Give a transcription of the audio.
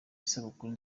isabukuru